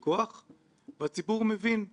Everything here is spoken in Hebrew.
שיש לבנקים בבית הזה?